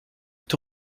est